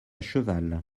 cheval